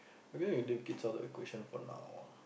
maybe we leave kids out of the equation for now ah